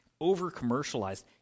over-commercialized